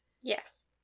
Yes